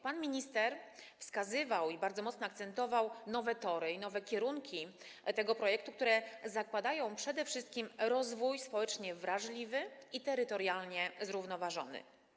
Pan minister wskazywał i bardzo mocno akcentował nowe tory i nowe kierunki w tym projekcie, który zakłada przede wszystkim rozwój społecznie wrażliwy i terytorialnie zrównoważony.